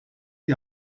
die